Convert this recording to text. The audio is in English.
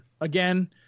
Again